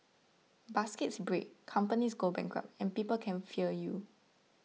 baskets break companies go bankrupt and people can fail you